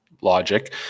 logic